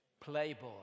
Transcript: Playboy